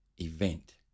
event